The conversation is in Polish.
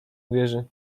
uwierzy